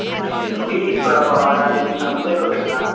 नेईं जरो मिगी बड़ा बखार ऐ अज्ज कोई शामीं लै करो जगाड़